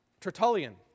Tertullian